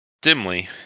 Dimly